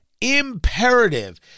Imperative